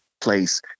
place